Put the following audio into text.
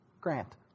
Grant